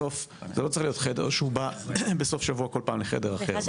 בסוף זה לא צריך להיות חדר שהוא בא בסוף שבוע כל פעם לחדר אחר.